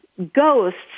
Ghosts